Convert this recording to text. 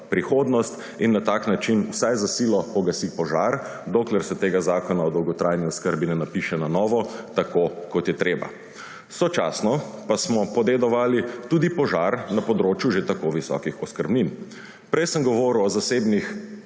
prihodnost in na tak način vsaj za silo pogasi požar, dokler se ta zakon o dolgotrajni oskrbi ne napiše na novo, tako kot je treba. Sočasno pa smo podedovali tudi požar na področju že tako visokih oskrbnin. Prej sem govoril o zasebnih